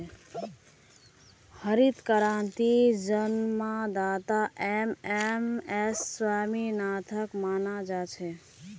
हरित क्रांतिर जन्मदाता एम.एस स्वामीनाथनक माना जा छे